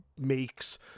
makes